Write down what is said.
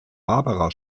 barbara